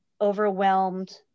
overwhelmed